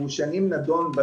הוא נדון שנים.